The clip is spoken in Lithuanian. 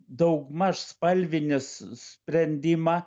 daugmaž spalvinis sprendimą